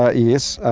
ah yes.